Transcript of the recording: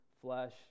flesh